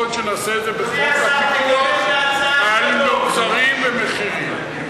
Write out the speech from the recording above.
יכול להיות שנעשה את זה בחוק פיקוח על מחירי מצרכים ושירותים.